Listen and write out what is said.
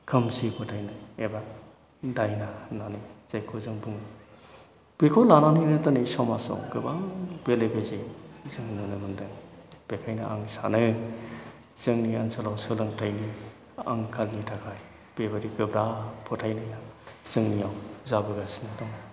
खोमसि फोथायनाय एबा दायना होननानै जायखौ जों बुङो बेखौ लानानैनो दिनै समाजाव गोबां बेले बेजे जों नुनो मोन्दों बेखायनो आं सानो जोंनि ओनसोलाव सोलोंथाइनि आंखालनि थाखाय बेबायदि गोब्राब फोथायनाया जोंनियाव जाबोगासिनो दं